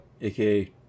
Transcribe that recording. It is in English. aka